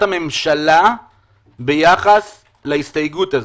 השאלה הייתה מה עמדת הממשלה ביחס להסתייגות הזו.